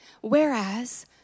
Whereas